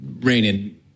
raining